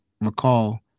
recall